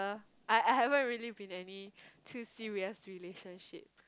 I I haven't really been any too serious relationship